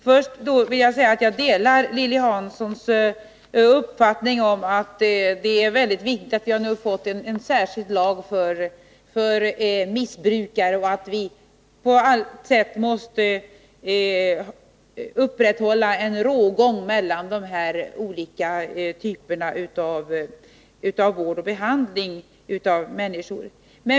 Först vill jag säga att jag delar Lilly Hanssons uppfattning att det är väldigt viktigt att vi har fått en särskild lag för missbrukare och att vi på allt sätt måste upprätthålla en rågång mellan de olika typerna av vård och behandling av människor.